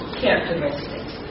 characteristics